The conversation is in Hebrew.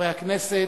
חברי הכנסת,